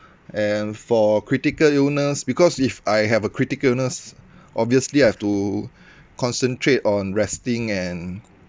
and for critical illness because if I have a critical illness obviously I have to concentrate on resting and